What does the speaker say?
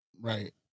Right